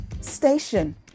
station